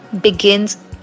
begins